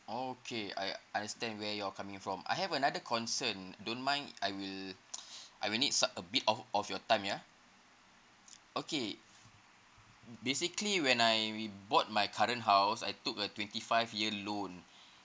okay I understand where you're coming from I have another concern don't mind I will I will need some a bit of of your time ya okay basically when I bought my current house I took a twenty five year loan